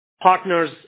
partners